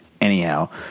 anyhow